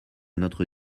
notre